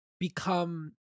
Become